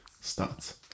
start